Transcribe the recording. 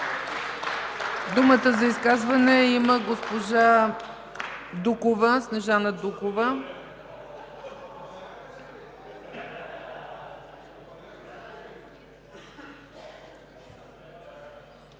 Думата за изказване има госпожа Снежана Дукова.